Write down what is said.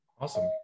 Awesome